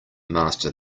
master